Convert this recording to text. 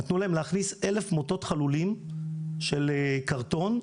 נתנו להם להכניס 1,000 מוטות חלולים של קרטון,